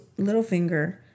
Littlefinger